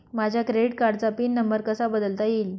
माझ्या क्रेडिट कार्डचा PIN number कसा बदलता येईल?